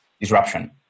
disruption